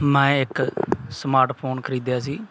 ਮੈਂ ਇੱਕ ਸਮਾਰਟਫੋਨ ਖਰੀਦਿਆ ਸੀ